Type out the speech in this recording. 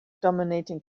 dominating